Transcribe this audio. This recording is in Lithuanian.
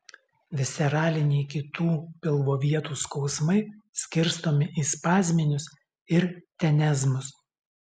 visceraliniai kitų pilvo vietų skausmai skirstomi į spazminius ir tenezmus